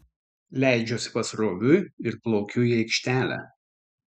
leidžiuosi pasroviui ir plaukiu į aikštelę